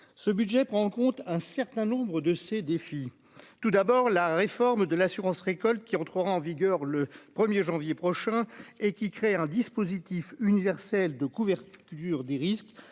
ce budget prend en compte un certain nombre de ces défis tout d'abord la réforme de l'assurance-récolte qui entrera en vigueur le 1er janvier prochain et qui crée un dispositif universel de couverture des risques